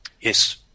Yes